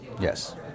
Yes